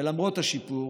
ולמרות השיפור,